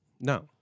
No